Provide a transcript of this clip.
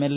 L